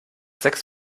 sechs